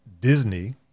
Disney